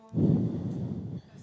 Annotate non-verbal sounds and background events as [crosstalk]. [breath]